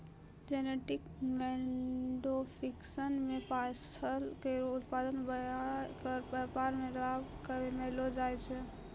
genetic modification सें फसल केरो उत्पादन बढ़ाय क व्यापार में लाभ कमैलो जाय छै